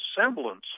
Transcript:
semblance